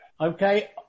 Okay